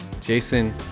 Jason